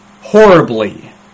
horribly